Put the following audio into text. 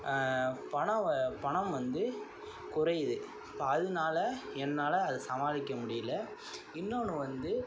பணம் வ பணம் வந்து குறையுது இப்போ அதனால என்னால் அதை சமாளிக்க முடியலை இன்னோன்று வந்து